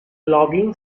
logging